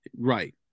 right